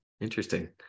Interesting